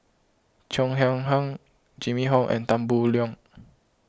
Cheo Chai Hiang Jimmy Ong and Tan Boo Liat